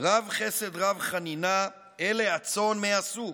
רב חסד רב חנינה / אלה הצאן, מה עשו?